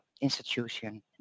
institution